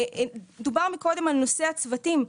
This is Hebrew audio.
דובר קודם על נושא הצוותים.